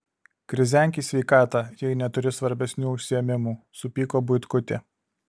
krizenk į sveikatą jei neturi svarbesnių užsiėmimų supyko buitkutė